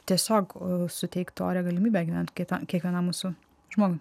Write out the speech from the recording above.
tiesiog suteikt orią galimybę gyvent kiekvienam mūsų žmogų